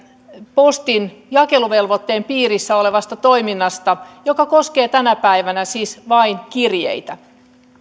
postin jakeluvelvoitteen piirissä olevasta toiminnasta joka koskee tänä päivänä vain kirjeitä